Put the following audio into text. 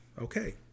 Okay